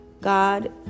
god